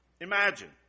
Imagine